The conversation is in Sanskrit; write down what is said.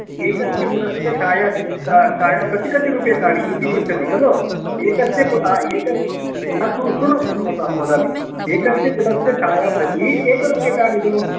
एकस्य पुटस्य छायाचित्रं छायां प्रति कति रूप्यकाणि इति पृच्छति खलु एकस्य प् एकं शृणु शृणोतु शृणोतु अहं वदामि एकस्य पुटस्य छाया प्रति एकं रूप्यकं भो